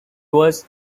was